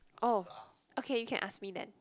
oh okay you can ask me then